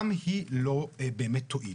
גם היא לא באמת תועיל,